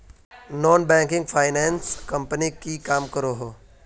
Non banking finance company की काम करोहो?